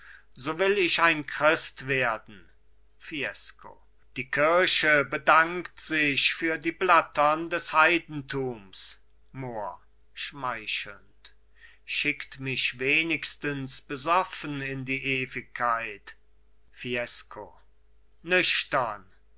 so will ich ein christ werden fiesco die kirche bedankt sich für die blattern des heidentums mohr schmeichelnd schickt mich wenigstens besoffen in die ewigkeit fiesco nüchtern